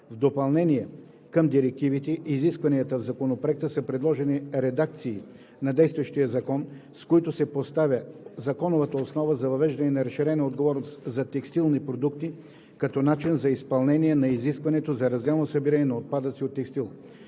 В допълнение към директивните изисквания в Законопроекта са предложени редакции на действащия закон, с които се поставя законовата основа за въвеждане на разширена отговорност за текстилни продукти, като начин за изпълнение на изискването за разделно събиране на отпадъци от текстил.